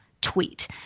tweet